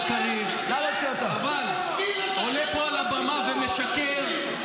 אתה בקריאה שנייה.